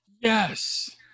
Yes